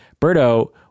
Berto